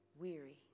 weary